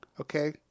Okay